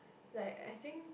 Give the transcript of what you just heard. like I think